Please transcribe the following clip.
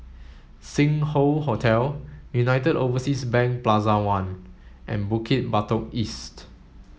Sing Hoe Hotel United Overseas Bank Plaza One and Bukit Batok East